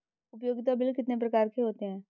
उपयोगिता बिल कितने प्रकार के होते हैं?